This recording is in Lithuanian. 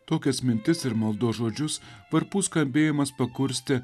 tokias mintis ir maldos žodžius varpų skambėjimas pakurstė